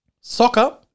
soccer